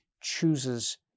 chooses